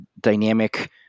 dynamic